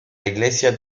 iglesia